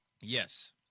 Yes